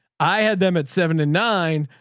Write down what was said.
i had them at seven and nine.